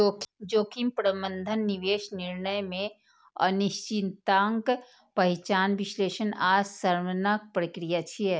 जोखिम प्रबंधन निवेश निर्णय मे अनिश्चितताक पहिचान, विश्लेषण आ शमनक प्रक्रिया छियै